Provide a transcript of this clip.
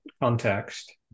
context